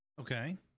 Okay